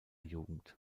jugend